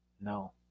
No